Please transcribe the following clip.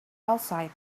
outside